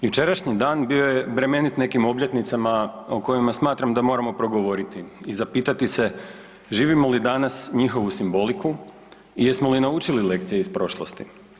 Jučerašnji dan bio je bremenit neki obljetnicama o kojima smatram da moramo progovoriti i zapitati se, živimo li danas njihovu simboliku i jesmo li naučili lekcije iz prošlosti?